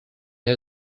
had